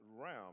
realm